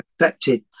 accepted